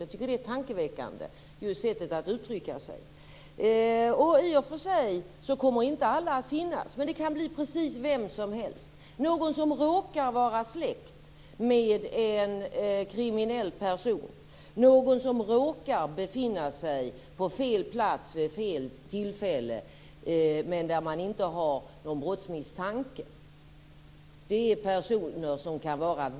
Jag tycker att hennes sätt att uttrycka sig är tankeväckande. I och för sig kommer inte alla att finnas med, men det kan bli precis vem som helst. Det kan vara någon som råkar vara släkt med en kriminell person eller någon som råkar befinna sig på fel plats vid fel tillfälle utan att det finns någon brottsmisstanke. Det kan vara vem som helst.